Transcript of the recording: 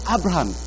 Abraham